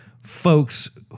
folks